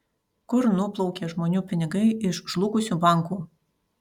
kur nuplaukė žmonių pinigai iš žlugusių bankų